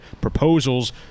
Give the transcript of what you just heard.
proposals